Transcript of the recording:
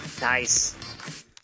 Nice